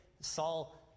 Saul